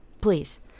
Please